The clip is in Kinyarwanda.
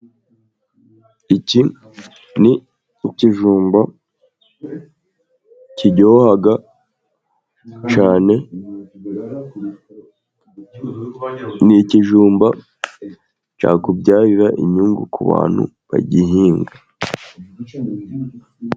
Iki ni ikijumba kiryoha cyane n'ikijumba cya kubyarira inyungu ku bantu bagihinga.